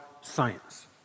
science